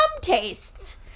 tastes